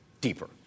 deeper